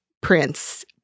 prince